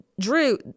Drew